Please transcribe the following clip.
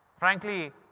frankly,